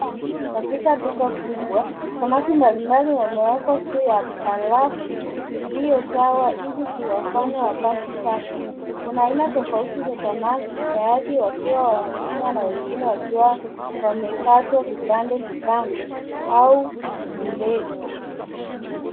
Katika duka kubwa, samaki mbalimbali wamewekwa juu ya barafu iliyo sawa ili kuwafanya wabaki safi. Kuna aina tofauti za samaki, baadhi wakiwa wazima na wengine wakiwa wamekatwa vipande vipande au vileti.